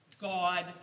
God